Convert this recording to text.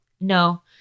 No